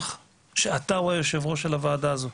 שאתה הוא היושב-ראש של הוועדה הזאת.